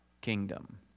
kingdom